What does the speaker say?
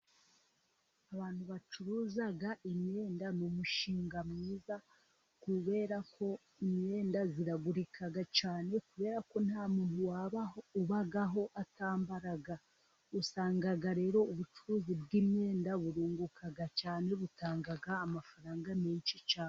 Abantu bacuruza imyenda ni umushinga mwiza, kubera ko imyenda iragurika cyane, kubera ko nta muntu ubaho atambara, usanga rero ubucuruzi bw'imyenda burunguka cyane, butanga amafaranga menshi cyane.